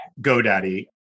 GoDaddy